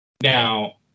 Now